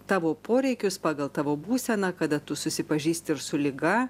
tavo poreikius pagal tavo būseną kada tu susipažįsti ir su liga